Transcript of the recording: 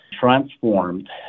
transformed